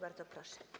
Bardzo proszę.